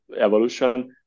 evolution